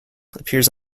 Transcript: appears